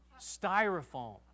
styrofoam